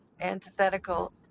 antithetical